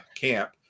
camp